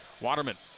Waterman